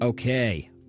Okay